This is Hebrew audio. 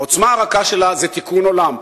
העוצמה הרכה שלה זה תיקון עולם.